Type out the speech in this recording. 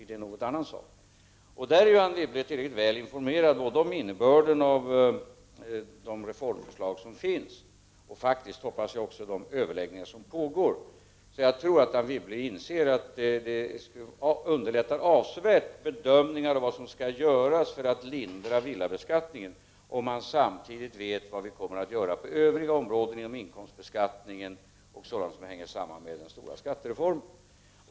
Det är en annan sak. Det är tydligt att Anne Wibble är väl informerad om både innebörden av de reformförslag som finns och faktiskt, hoppas jag, om de överläggningar som pågår. Jag tror att Anne Wibble inser att det underlättar avsevärt bedömningen för vad som skall göras för att lindra villabeskattningen, om man samtidigt vet vad som kommer att göras på övriga områden inom inkomstbeskattningen och sådant som hänger samman med den stora skattereformen.